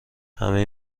همه